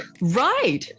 Right